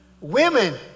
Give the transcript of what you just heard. Women